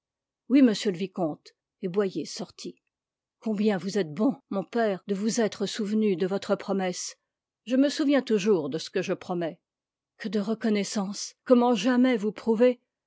oui monsieur le vicomte et boyer sortit combien vous êtes bon mon père de vous être souvenu de votre promesse je me souviens toujours de ce que je promets que de reconnaissance comment jamais vous prouver